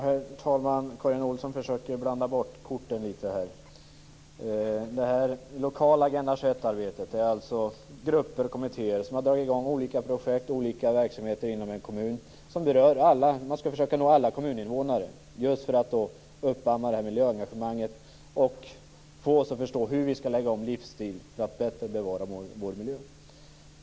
Herr talman! Karin Olsson försöker blanda bort korten. I det lokala Agenda 21-arbetet, där grupper och kommittéer har dragit i gång olika projekt och verksamheter inom kommunerna, skall man försöka nå alla kommuninvånare, dels för att uppamma ett miljöengagemang, dels för att få oss att förstå hur vi skall lägga om livsstil för att bättre bevara vår miljö.